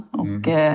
och